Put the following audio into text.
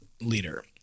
leader